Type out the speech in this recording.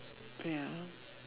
ya